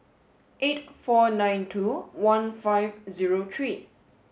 eight four nine two one five zero three